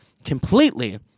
completely